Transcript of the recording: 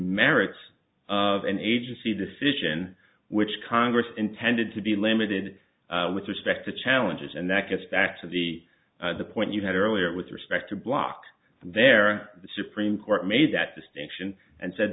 merits of an agency decision which congress intended to be limited with respect to challenges and that gets back to the point you had earlier with respect to block there the supreme court made that distinction and said